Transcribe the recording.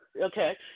Okay